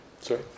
Sorry